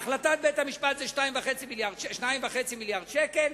החלטת בית-המשפט זה 2.5 מיליארדי השקלים,